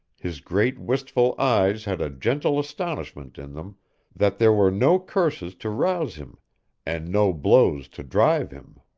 his great wistful eyes had a gentle astonishment in them that there were no curses to rouse him and no blows to drive him